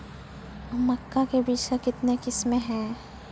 मक्का के बीज का कितने किसमें हैं?